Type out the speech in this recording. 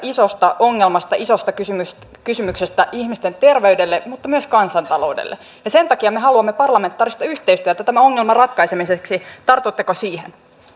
isosta ongelmasta isosta kysymyksestä ihmisten terveydelle mutta myös kansantaloudelle sen takia me haluamme parlamentaarista yhteistyötä tämän ongelman ratkaisemiseksi tartutteko siihen